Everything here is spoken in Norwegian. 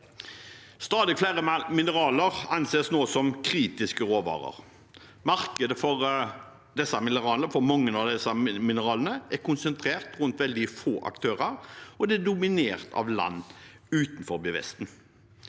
Stadig flere mineraler anses nå som kritiske råvarer. Markedet for mange av disse mineralene er konsentrert rundt veldig få aktører, og det er dominert av land utenfor Vesten.